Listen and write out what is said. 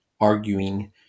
arguing